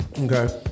Okay